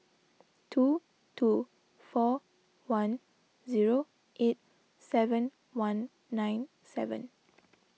two two four one zero eight seven one nine seven